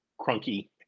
crunky